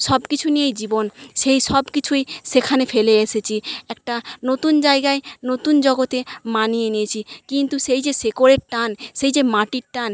সব কিছু নিয়েই জীবন সেই সব কিছুই সেখানে ফেলে এসেছি একটা নতুন জায়গায় নতুন জগতে মানিয়ে নিয়েছি কিন্তু সেই যে শেকড়ের টান সেই যে মাটির টান